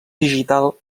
digital